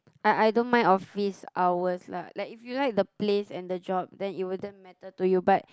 I I don't mind office hours lah like if you like the place and the job then it wouldn't matter to you but